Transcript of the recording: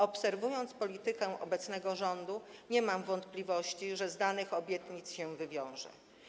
Obserwując politykę obecnego rządu, nie mam wątpliwości, że z danych obietnic się wywiąże.